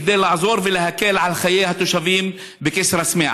זה כדי לעזור ולהקל על חיי התושבים בכסרא-סמיע.